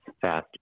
Fast